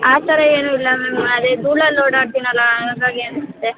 ಆ ಥರ ಏನೂ ಇಲ್ಲ ಮ್ಯಾಮ್ ಅದೇ ಧೂಳಲ್ಲಿ ಓಡಾಡ್ತೀನಲ್ಲಾ ಹಂಗಾಗಿ ಅನ್ಸುತ್ತೆ